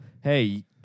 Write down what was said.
Hey